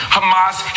Hamas